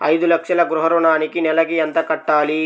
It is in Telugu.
ఐదు లక్షల గృహ ఋణానికి నెలకి ఎంత కట్టాలి?